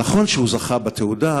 נכון שהוא זכה בתעודה,